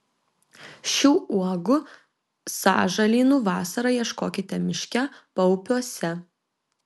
šių uogų sąžalynų vasarą ieškokite miške paupiuose